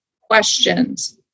questions